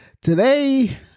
today